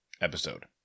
episode